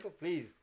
Please